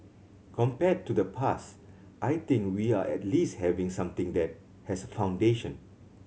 compared to the past I think we are at least having something that has foundation